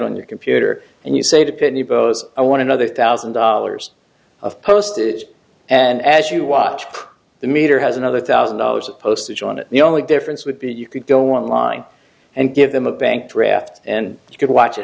on your computer and you say to pitney bowes i want another thousand dollars of postage and as you watch the meter has another thousand dollars of postage on it the only difference would be you could go online and give them a bank draft and you could watch it